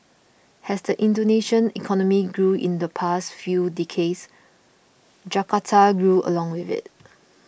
as the Indonesian economy grew in the past few decades Jakarta grew along with it